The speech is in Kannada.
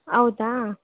ಹೌದಾ